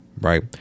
right